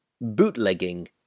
bootlegging